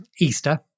Easter